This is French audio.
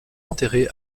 enterré